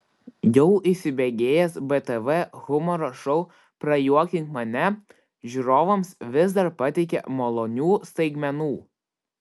jau įsibėgėjęs btv humoro šou prajuokink mane žiūrovams vis dar pateikia malonių staigmenų